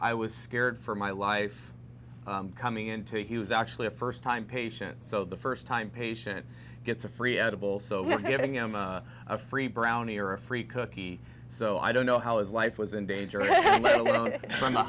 i was scared for my life coming into he was actually a first time patient so the first time patient gets a free edible so a free brownie or a free cookie so i don't know how his life was in danger